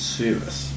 service